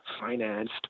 financed